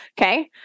okay